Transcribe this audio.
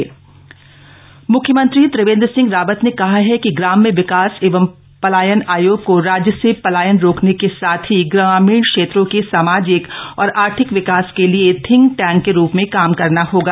पलायन योग बैठक म्ख्यमंत्री त्रिवेंद्र सिंह रावत ने कहा है कि ग्राम्य विकास एवं लायन आयोग को राज्य से लायन रोकने के साथ ही ग्रामीण क्षेत्रों के सामाजिक और आर्थिक विकास के लिये थिंकटैंक के रू में काम करना होगा